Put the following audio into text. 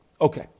Okay